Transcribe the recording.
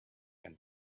and